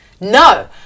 No